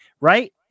right